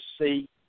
see